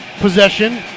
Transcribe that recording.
possession